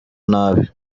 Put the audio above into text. nabi